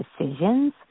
decisions